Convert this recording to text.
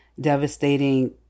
devastating